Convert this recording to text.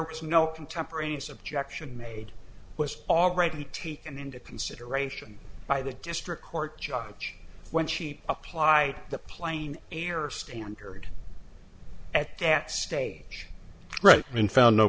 was no contemporaneous objection maid was already taken into consideration by the district court judge when she applied the plain error standard at that stage right in found no